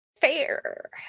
fair